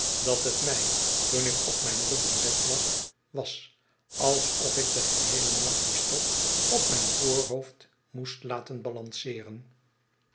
dat het mij toen ik op mijn rug in bed lag was alsof ik den geheelen nacht dien stok op mijn voorhoofd moest laten balanceeren